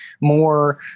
more